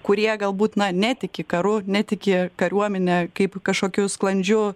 kurie galbūt na netiki karu netiki kariuomene kaip kažkokiu sklandžiu